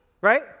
right